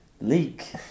Leak